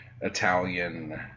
Italian